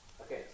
Okay